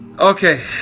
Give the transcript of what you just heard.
okay